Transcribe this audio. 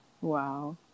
Wow